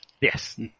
yes